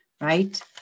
right